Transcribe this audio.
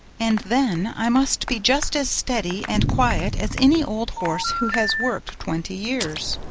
and then i must be just as steady and quiet as any old horse who has worked twenty years.